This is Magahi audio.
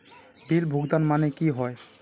बिल भुगतान माने की होय?